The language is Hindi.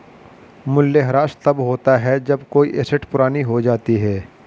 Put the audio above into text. मूल्यह्रास तब होता है जब कोई एसेट पुरानी हो जाती है